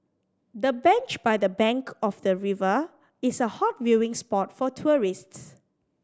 the bench by the bank of the river is a hot viewing spot for tourists